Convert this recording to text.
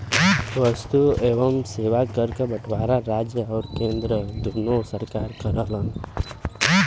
वस्तु एवं सेवा कर क बंटवारा राज्य आउर केंद्र दूने सरकार करलन